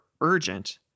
urgent